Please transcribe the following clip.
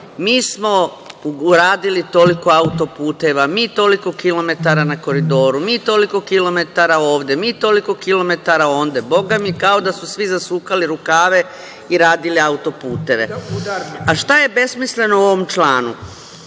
smo uradili toliko auto-puteva, mi toliko kilometara na Koridoru, mi toliko kilometara ovde, mi toliko kilometara onde, Boga mi, kao da su svi zasukali rukave i radili auto-puteve.A šta je besmisleno u ovom članu?